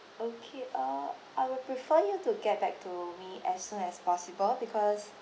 okay uh I will prefer you to get back to me as soon as possible because